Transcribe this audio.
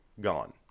gone